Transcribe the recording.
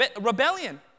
rebellion